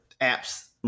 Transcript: app's